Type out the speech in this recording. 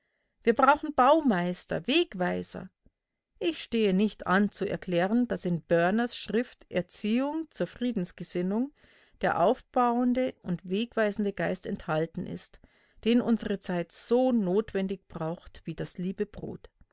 wir brauchen baumeister wegweiser ich stehe nicht an zu erklären daß in börners schrift erziehung zur friedensgesinnung der aufbauende und wegweisende geist enthalten ist den unsere zeit so notwendig braucht wie das liebe